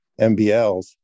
MBLs